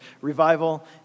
Revival